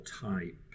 type